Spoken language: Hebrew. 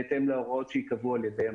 בהתאם להוראות שייקבעו על ידי הממונה.